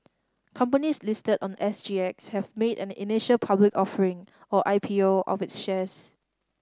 companies listed on S G X have made an initial public offering or I P O of its shares